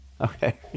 Okay